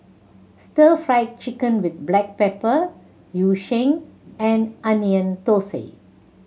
Stir Fried Chicken with black pepper Yu Sheng and Onion Thosai